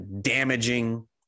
damaging